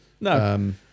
no